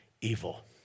evil